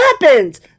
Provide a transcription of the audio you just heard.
weapons